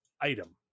item